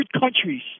countries